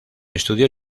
estudió